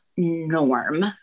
norm